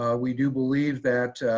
ah we do believe that